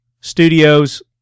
studios